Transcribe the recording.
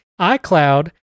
iCloud